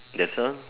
that's all